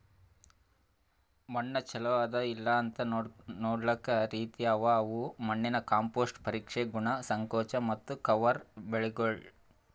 ಮಣ್ಣ ಚಲೋ ಅದಾ ಇಲ್ಲಾಅಂತ್ ನೊಡ್ಲುಕ್ ರೀತಿ ಅವಾ ಅವು ಮಣ್ಣಿನ ಕಾಂಪೋಸ್ಟ್, ಪರೀಕ್ಷೆ, ಗುಣ, ಸಂಕೋಚ ಮತ್ತ ಕವರ್ ಬೆಳಿಗೊಳ್